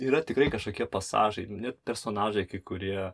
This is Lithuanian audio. yra tikrai kažkokie pasažai net personažai kai kurie